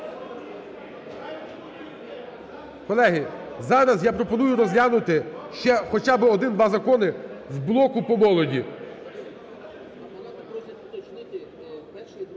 Колеги, зараз я пропоную розглянути ще хоча би 1-2 закони з блоку по молоді.